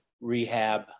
rehab